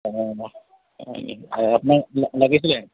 অঁ হয় নেকি অঁ আপোনাক লাগিছিলে